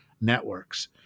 networks